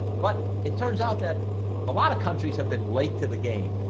but it turns out that a lot of countries have been late to the game,